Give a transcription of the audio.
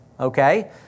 Okay